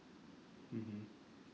mmhmm